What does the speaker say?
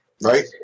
Right